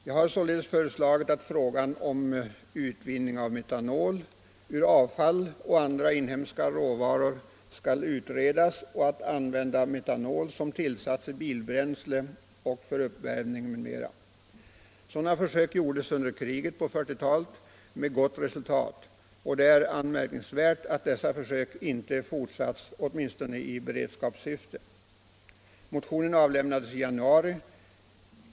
Jag har således föreslagit att frågan om utvinning av metanol ur avfall och andra inhemska råvaror skall utredas liksom frågan om att använda metanol som tillsats i bilbränsle och för uppvärmning m.m. Sådana försök gjordes under kriget på 1940-talet med gott resultat. Det är anmärkningsvärt att dessa försök inte fortsatts åtminstone i beredskapssyfte. Motionen avlämnades i januari.